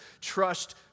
trust